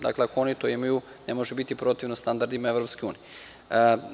Dakle, ako oni to imaju, ne može biti protivno standardima Evropske unije.